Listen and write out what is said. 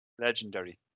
legendary